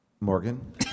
Morgan